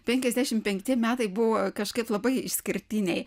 penkiasdešimt penkti metai buvo kažkaip labai išskirtiniai